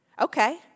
Okay